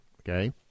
okay